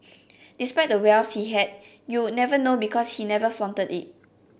despite the wealth he had you would never know because he never flaunted it